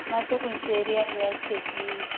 ना तुका खुंयचे एरिया जाय सीटी